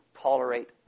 tolerate